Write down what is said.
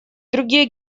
другие